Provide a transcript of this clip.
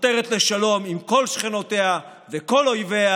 החותרת לשלום עם כל שכנותיה וכל אויביה